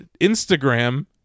instagram